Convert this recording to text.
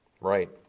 Right